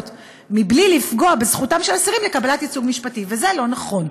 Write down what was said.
"מבלי לפגוע בזכותם של אסירים לקבלת ייצוג משפטי" וזה לא נכון.